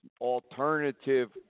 alternative